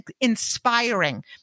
inspiring